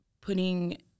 putting